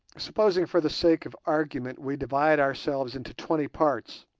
supposing for the sake of argument we divide ourselves into twenty parts,